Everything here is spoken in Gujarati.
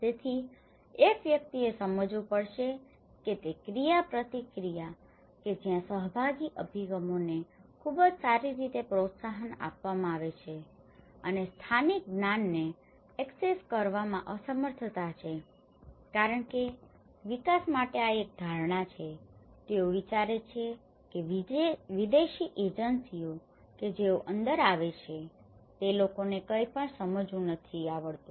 તેથી એક વ્યક્તિએ સમજવું પડશે કે તે ક્રિયાપ્રતિક્રિયા કે જ્યાં સહભાગી અભિગમોને ખૂબ જ સારી રીતે પ્રોત્સાહન આપવામાં આવે છે અને સ્થાનિક જ્ઞાનને એક્સેસ કરવામાં અસમર્થતા છે કારણ કે વિકાસ માટે આ એક ધારણા છે તેઓ વિચારે છે કે વિદેશી એજન્સીઓ કે જેઓ અંદર આવે છે તે લોકોને કંઈપણ સમજવું નથી આવડતું